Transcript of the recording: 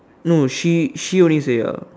no she she only say ah